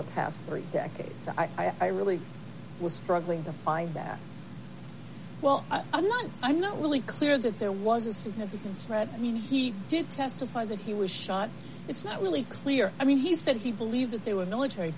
the past three decades i really was struggling to find that well i'm not so i'm not really clear that there was a significance to that i mean he did testify that he was shot it's not really clear i mean he said he believed that there were military